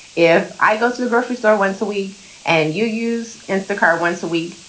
if i go to the grocery store once a week and you use in the car once a week,